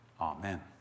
Amen